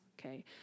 okay